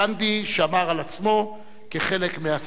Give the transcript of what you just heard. גנדי שמר על עצמו כחלק מהשיח.